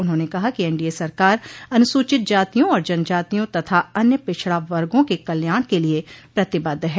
उन्होंने कहा कि एनडीए सरकार अनुसूचित जातियों और जनजातियों तथा अन्य पिछड़ा वर्गों के कल्याण के लिए प्रतिबद्ध है